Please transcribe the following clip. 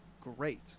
great